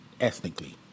ethnically